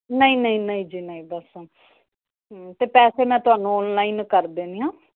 ਨਹੀਂ ਨਹੀਂ ਨਹੀਂ ਜੀ ਨਹੀਂ ਬਸ ਹੂੰ ਅਤੇ ਪੈਸੇ ਮੈਂ ਤੁਹਾਨੂੰ ਔਨਲਾਈਨ ਕਰ ਦਿੰਦੀ ਹਾਂ